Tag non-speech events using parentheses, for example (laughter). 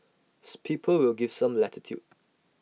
(unintelligible) people will give some latitude